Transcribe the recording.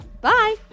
Bye